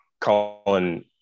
Colin